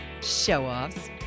Show-offs